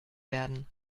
werden